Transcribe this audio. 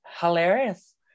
hilarious